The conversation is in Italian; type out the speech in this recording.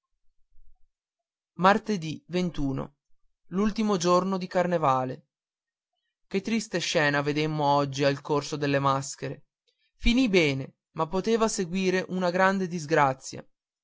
pare l'ultimo giorno di carnevale ardì he triste scena vedemmo oggi al corso delle maschere finì bene ma poteva seguire una grande disgrazia